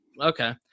okay